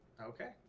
Okay